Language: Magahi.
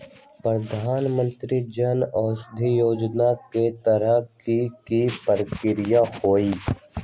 प्रधानमंत्री जन औषधि योजना के तहत की की प्रक्रिया होई?